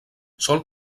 sol